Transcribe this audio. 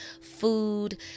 food